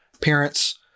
parents